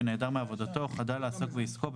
ונעדר מעבודתו או חדל לעסוק בעסקו או